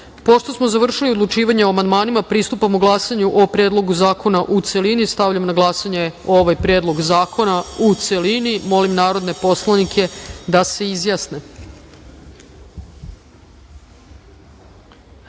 smo završili odlučivanje o amandmanima, pristupamo glasanju o Predlogu zakona, u celini. Stavljam na glasanje Predlog zakona u celini. Molim narodne poslanike da se